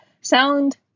sound